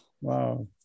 Wow